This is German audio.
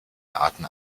arten